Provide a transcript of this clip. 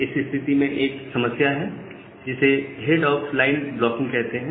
इस स्थिति में एक समस्या है जिसे हेड ऑफ लाइन ब्लॉकिंग कहते हैं